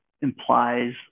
implies